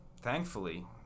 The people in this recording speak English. thankfully